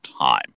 time